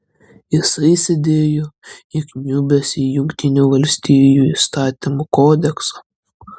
jisai sėdėjo įkniubęs į jungtinių valstijų įstatymų kodeksą